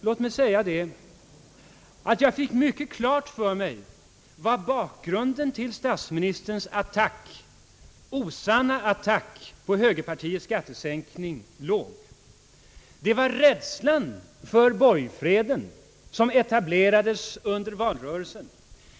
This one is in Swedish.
Låt mig säga att jag fick mycket klart för mig var bakgrunden till statsministerns attack mot högerpartiets skattesänkning låg. Det var rädslan för den borgfred som etablerats under valrörelsen.